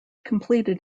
completed